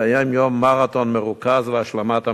התקיים יום מרתון מרוכז להשלמת המתווה.